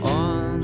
on